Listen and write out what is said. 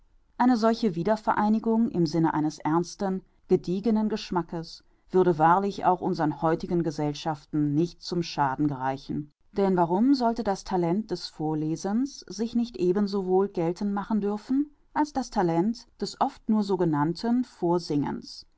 eine solche wiedervereinigung im sinne eines ernsten gediegenen geschmackes würde wahrlich auch unsern heutigen gesellschaften nicht zum schaden gereichen denn warum sollte das talent das vorlesens sich nicht ebensowohl geltend machen dürfen als das talent des oft nur so genannten vorsingens